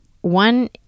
one